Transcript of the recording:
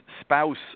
spouse